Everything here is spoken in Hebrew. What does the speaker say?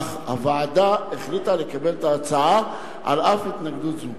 אך הוועדה החליטה לקבל את ההצעה על אף התנגדות זו.